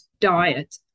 diet